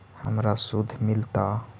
हमरा शुद्ध मिलता?